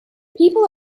people